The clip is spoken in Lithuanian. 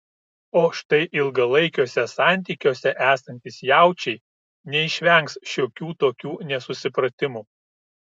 o štai ilgalaikiuose santykiuose esantys jaučiai neišvengs šiokių tokių nesusipratimų